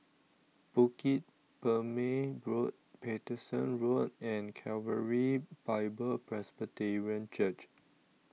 Bukit Purmei Road Paterson Road and Calvary Bible Presbyterian Church